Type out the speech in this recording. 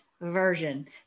version